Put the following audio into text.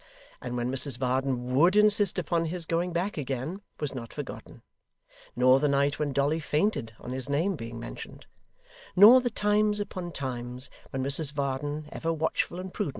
and when mrs varden would insist upon his going back again, was not forgotten nor the night when dolly fainted on his name being mentioned nor the times upon times when mrs varden, ever watchful and prudent,